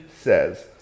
says